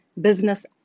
business